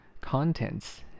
Contents